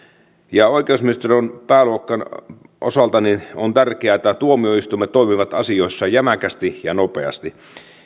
elämään oikeusministeriön pääluokan osalta on tärkeää että tuomioistuimet toimivat asioissa jämäkästi ja nopeasti